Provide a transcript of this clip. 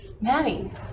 Maddie